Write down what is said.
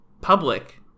public